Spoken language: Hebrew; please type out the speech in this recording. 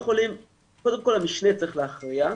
קודם כל המשנה צריך להכריע,